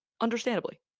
Understandably